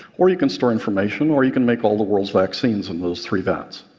or you can store information, or you can make all the world's vaccines in those three vats.